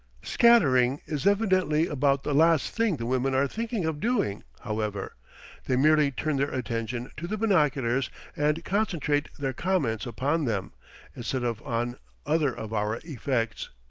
scattering is evidently about the last thing the women are thinking of doing, however they merely turn their attention to the binoculars and concentrate their comments upon them instead of on other of our effects,